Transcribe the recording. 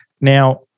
Now